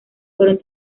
fueron